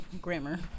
grammar